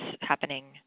happening